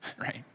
Right